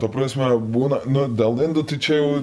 ta prasme būna nu delnai tai čia jau